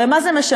הרי מה זה משנה?